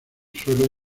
suelo